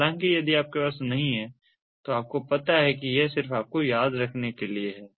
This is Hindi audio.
हालाँकि यदि आपके पास नहीं है तो आपको पता है कि यह सिर्फ आपके याद रखने के लिए है